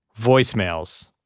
Voicemails